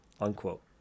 unquote